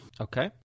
Okay